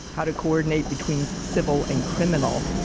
how to coordinate between civil and criminal,